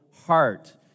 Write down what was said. Heart